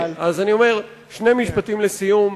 שני משפטים לסיום.